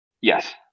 Yes